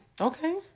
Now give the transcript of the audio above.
Okay